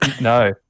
No